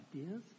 ideas